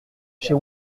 chez